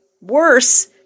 worse